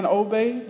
obey